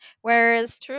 Whereas